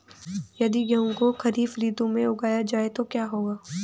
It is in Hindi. यदि गेहूँ को खरीफ ऋतु में उगाया जाए तो क्या होगा?